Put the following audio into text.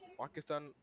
Pakistan